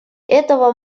этого